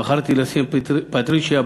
שבחרתי לשים: פטרישיה,